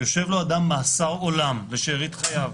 יושב לו אדם במאסר עולם לשארית חייו,